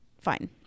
fine